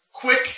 Quick